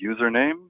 username